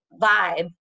vibe